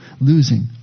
Losing